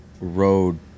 road